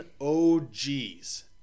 OGs